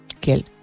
killed